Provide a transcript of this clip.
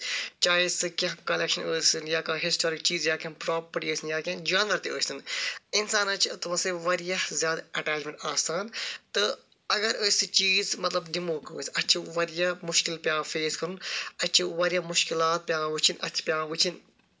چاہے سُہ کیٚنہہ کَلٮ۪کشَن ٲسِنۍ یا کانہہ ہِسٹورِک چیٖز یا کیٚنہہ پروپَرٹی ٲسِنۍ یا کیٚنہہ جَنر تہِ ٲستَن اِنسانس چھِ تمَن سۭتۍ واریاہ زیادٕ اٮ۪ٹٮ۪چمٮ۪نٹ آسان تہٕ اَگر أسۍ سُہ چیٖز مطلب دِمَو کٲنسہِ اَسہِ چھُ واریاہ مُشکِل پٮ۪وان فٮ۪س کَرُن اَسہِ چھِ واریاہ مُشکِلات پٮ۪وان وُچھِنۍ اَسہِ چھِ پٮ۪وان وُچھِنۍ